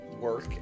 Work